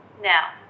Now